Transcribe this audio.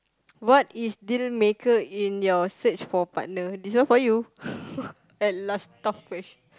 what is deal maker in your search for partner this one for you at last tough question